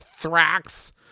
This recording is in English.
Thrax